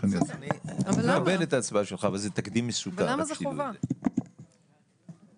זה תקדים מסוכן, רק שתדעו את זה.